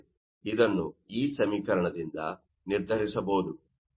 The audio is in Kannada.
ಇದನ್ನು ಈ ಸಮೀಕರಣದಿಂದ ನಿರ್ಧರಿಸಬಹುದು